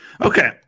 Okay